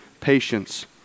patience